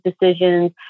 decisions